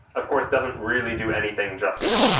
of course, doesn't really do anything just yet.